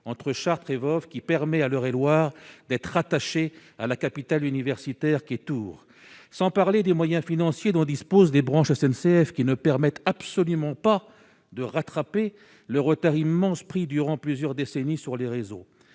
entre Chartres et Voves, qui permet à l'Eure-et-Loir d'être rattaché à la capitale universitaire qui est tour sans parler des moyens financiers dont disposent des branches SNCF qui ne permettent absolument pas de rattraper le retard immense pris durant plusieurs décennies sur les réseaux,